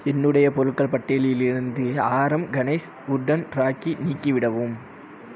என்னுடைய பொருட்கள் பட்டியலிலிருந்து ஆரம் கணேஷ் உட்டன் ராக்கியை நீக்கிவிடவும்